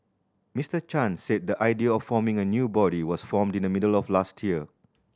Mister Chan said the idea of forming a new body was formed in the middle of last year